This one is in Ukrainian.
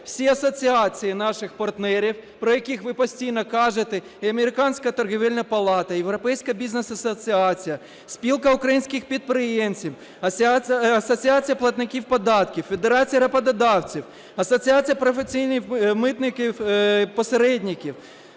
всі асоціації наших партнерів про яких ви постійно кажете і Американська торгівельна палата і Європейська бізнес-асоціація, Спілка українських підприємців, Асоціація платників податків, Федерація роботодавців, Асоціація професійних митних посередників,